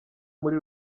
muri